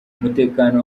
umutekano